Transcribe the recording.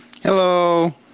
Hello